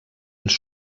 els